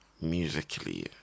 Musically